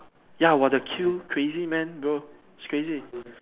ya !woah! the queue crazy man bro it's crazy